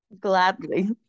Gladly